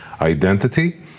identity